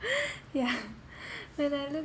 yeah when I look